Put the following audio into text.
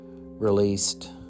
released